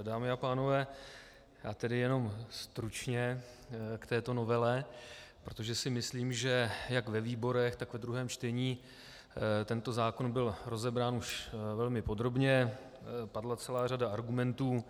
Dámy a pánové, já tedy jenom stručně k této novele, protože si myslím, že jak ve výborech, tak ve druhém čtení tento zákon byl rozebrán už velmi podrobně, padla celá řada argumentů.